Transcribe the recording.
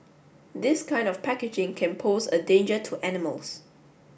this kind of packaging can pose a danger to animals